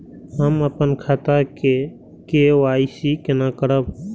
हम अपन खाता के के.वाई.सी केना करब?